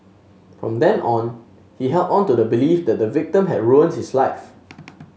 from then on he held on to the belief that the victim had ruined his life